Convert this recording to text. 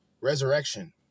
Resurrection